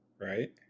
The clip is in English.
Right